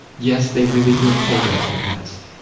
yes, they really did say that in the past.